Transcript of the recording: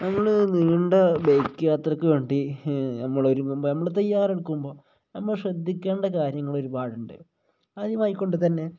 നമ്മൾ നീണ്ട ബൈക്ക് യാത്രയ്ക്ക് വേണ്ടി നമ്മൾ ഒരുങ്ങുമ്പോൾ നമ്മൾ തയ്യാറെടുക്കുമ്പോൾ നമ്മൾ ശ്രദ്ധിക്കേണ്ട കാര്യങ്ങൾ ഒരുപാട് ഉണ്ട് ആദ്യമായിക്കൊണ്ട് തന്നെ